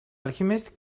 alchemist